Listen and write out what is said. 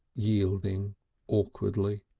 yielding awkwardly.